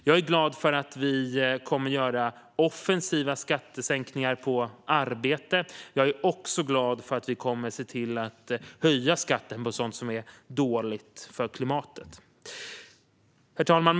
Jag är glad för att vi kommer att göra offensiva skattesänkningar på arbete, men jag är också glad för att vi kommer att höja skatten på sådant som är dåligt för klimatet. Herr talman!